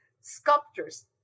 sculptors